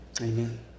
Amen